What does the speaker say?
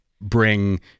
bring